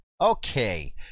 Okay